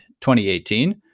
2018